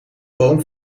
boom